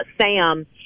Sam